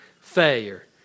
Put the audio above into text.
failure